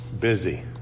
busy